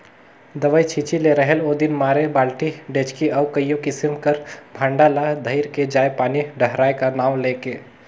दवई छिंचे ले रहेल ओदिन मारे बालटी, डेचकी अउ कइयो किसिम कर भांड़ा ल धइर के जाएं पानी डहराए का नांव ले के